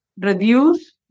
Reduce